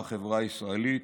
בחברה הישראלית,